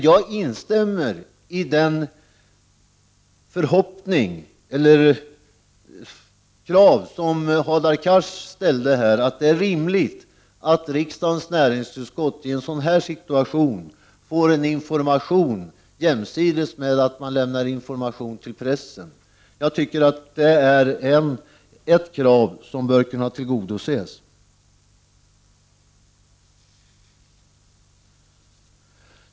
Jag instämmer i de krav som Hadar Cars ställde och anser att det är rimligt att riksdagens näringsutskott i en sådan här situation får information jämsides med att pressen får information. Det är ett krav som bör kunna tillgodoses.